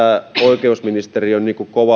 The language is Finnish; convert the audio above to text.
oikeusministeriön